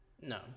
No